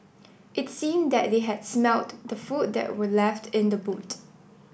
it seemed that they had smelt the food that were left in the boot